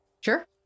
Sure